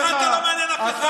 אתה לא מתבייש?